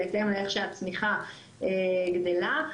בהתאם לאיך שהצמיחה גדלה,